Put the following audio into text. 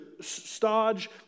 stodge